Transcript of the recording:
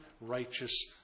righteous